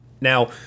now